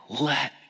let